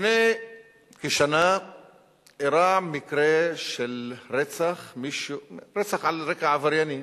לפני כשנה אירע מקרה של רצח, על רקע עברייני,